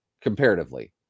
comparatively